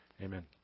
Amen